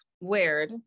weird